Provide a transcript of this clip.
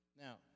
Now